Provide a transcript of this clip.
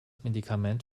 medikament